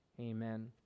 Amen